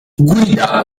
guida